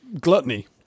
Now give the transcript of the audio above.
Gluttony